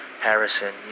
Harrison